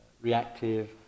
reactive